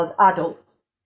adults